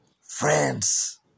Friends